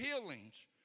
healings